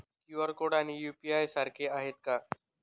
QR code आणि UPI सारखे आहेत का?